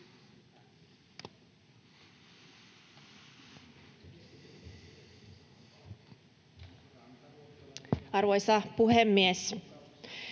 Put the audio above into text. Arvoisa puhemies!